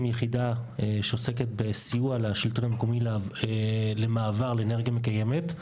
יחידה שעוסקת בסיוע לשלטון המקומי למעבר לאנרגיה מקיימת,